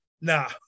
Nah